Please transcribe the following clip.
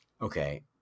okay